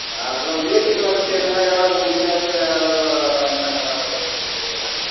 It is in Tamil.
ஆ அப்புறம் வீட்டுக்கு வந்து செய்யணுன்னா எவ்வளோங்க முடியும் எவ்வளோ வரும் என்ன கலரில் வச்சுருக்கீங்க பூவு